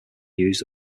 used